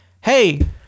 hey